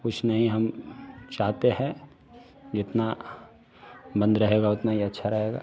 कुछ नहीं हम चाहते हैं इतना बंद रहेगा उतना ही अच्छा रहेगा